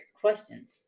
questions